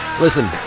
listen